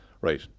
right